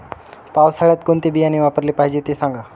पावसाळ्यात कोणते बियाणे वापरले पाहिजे ते सांगा